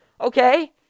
Okay